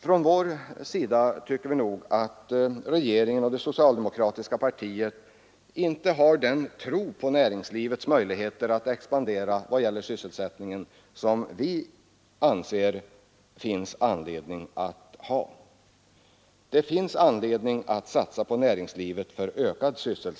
Vi tycker på vår sida att regeringen och det socialdemokratiska partiet inte har den tro på näringslivets möjligheter att expandera och öka sysselsättningen som vi anser att det finns anledning hysa. Det finns goda skäl att satsa på ökad sysselsättning inom näringslivet.